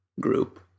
group